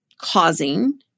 causing